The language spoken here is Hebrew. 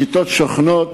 הכיתות שוכנות